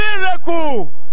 miracle